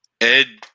Ed